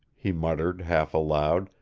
he muttered half-aloud,